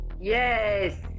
Yes